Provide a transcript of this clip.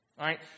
right